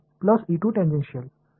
plus tangential